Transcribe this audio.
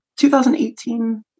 2018